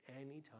anytime